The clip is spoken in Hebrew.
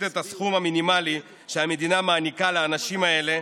של הסכום המינימלי שהמדינה מעניקה לאנשים האלה,